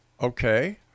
Okay